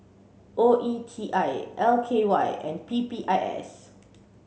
O E T I L K Y and P P I S